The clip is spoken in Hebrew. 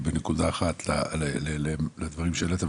בנקודה אחת לדברים שהעליתם,